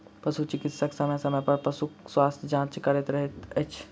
पशु चिकित्सक समय समय पर पशुक स्वास्थ्य जाँच करैत रहैत छथि